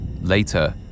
Later